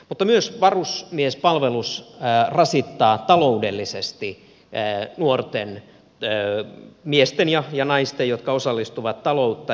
mutta varusmiespalvelus rasittaa myös taloudellisesti nuorten miesten ja naisten jotka osallistuvat taloutta